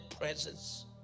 presence